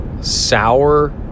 sour